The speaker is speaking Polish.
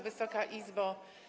Wysoka Izbo!